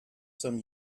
some